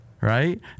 Right